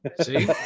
See